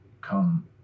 come